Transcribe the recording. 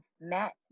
Matt